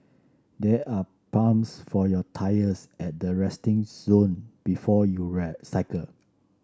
there are pumps for your tyres at the resting zone before you ride cycle